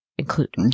Include